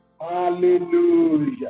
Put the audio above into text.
Hallelujah